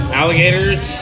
alligators